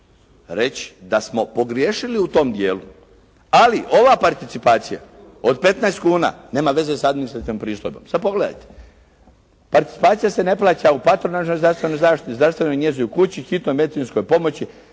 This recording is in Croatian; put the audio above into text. reći da smo pogriješili u tom dijelu, ali ova participacija od 15 kuna nema veze s administrativnom pristojbom. Sad pogledajte, participacija se ne plaća u patronažnoj zdravstvenoj zaštiti, zdravstvenoj njezi u kući, hitnoj medicinskoj pomoći,